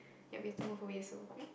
ya we have to move away so